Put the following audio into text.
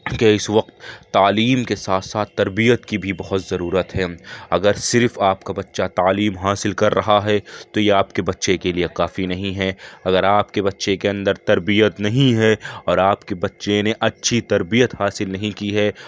کہ اس وقت تعلیم کے ساتھ ساتھ تربیت کی بھی بہت ضرورت ہے اگر صرف آپ کا بچہ تعلیم حاصل کر رہا ہے تو یہ آپ کے بچے کے لیے کافی نہیں ہے اگر آپ کے بچے کے اندر تربیت نہیں ہے اور آپ کے بچے نے اچھی تربیت حاصل نہیں کی ہے